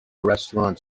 restaurant